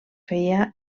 feia